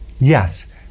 Yes